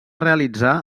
realitzar